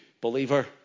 believer